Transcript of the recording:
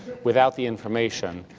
without the information,